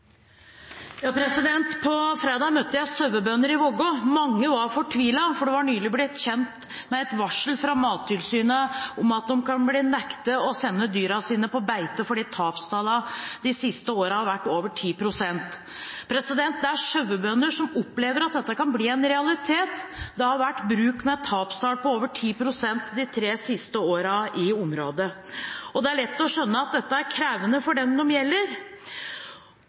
På fredag møtte jeg sauebønder i Vågå. Mange var fortvilet, for de var nylig blitt kjent med et varsel fra Mattilsynet om at de kan bli nektet å sende dyrene sine på beite fordi tapstallene de siste årene har vært på over 10 pst. Det er sauebønder som opplever at dette kan bli en realitet, det har vært bruk med tapstall på over 10 pst. de tre siste årene i området. Det er lett å skjønne at dette er krevende for dem det gjelder.